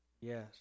Yes